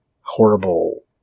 horrible